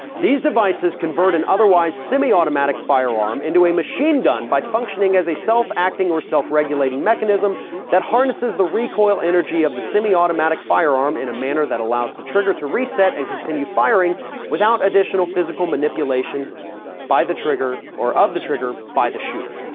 these devices convert and otherwise semiautomatic firearm into a machine gun by functioning as a self acting or self regulating mechanism that harnesses the recoil energy of the semiautomatic firearm in a manner that allows the trigger to reset and continue firing without additional physical manipulation by the trigger or of the trigger by the shooter.